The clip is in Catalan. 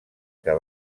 que